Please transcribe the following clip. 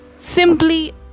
simply